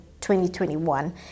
2021